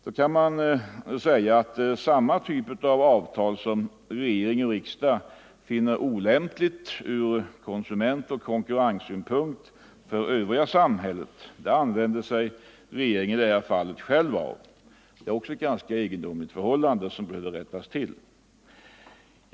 Om vidgad rätt att Den typ av avtal, som regering och riksdag finner olämplig från kon = lösa in checkar på sumentoch konkurrenssynpunkt för övriga i samhället, använder sig postkontor alltså regeringen i det här fallet själv av. Det är ett egendomligt förhållande, som behöver rättas till.